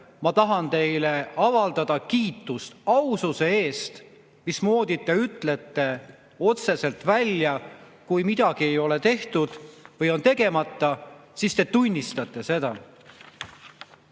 ma tahan teile avaldada kiitust aususe eest, mismoodi te ütlete otseselt välja. Kui midagi ei ole tehtud või on tegemata, siis te tunnistate seda."